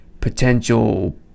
potential